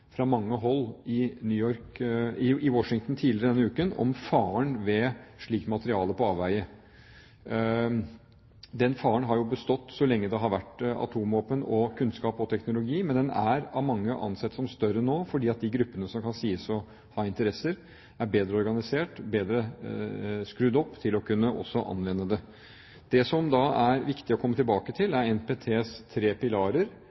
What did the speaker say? fra mange hold i Washington tidligere i denne uken sagt fra om faren ved slikt materiale på avveier. Den faren har jo bestått så lenge det har vært atomvåpen, kunnskap og teknologi, men den er av mange ansett som større nå, fordi de gruppene som kan sies å ha interesser, er bedre organisert, bedre skrudd opp til også å kunne anvende det. Det som det da er viktig å komme tilbake til, er NPTs tre pilarer